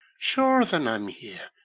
sure then i'm here!